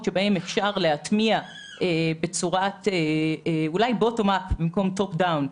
שבהם אפשר להטמיע בצורת בוטום-אפ במקום טופ-דאון.